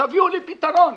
תביאו לי פתרון,